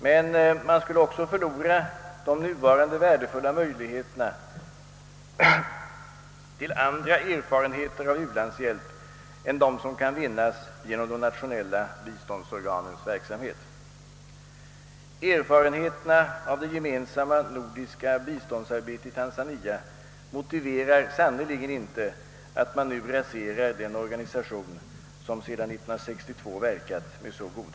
Men man skulle också förlora de nuvarande värdefulla möjligheterna till andra erfarenheter av u-landshjälp än de som kan vinnas genom de nationella biståndsorganens verksamhet. Erfarenheterna av det gemensamma nordiska biståndsarbetet i Tantzania motiverar sannerligen inte att man nu raserar den organisation som sedan 1962 verkat med så goda resultat.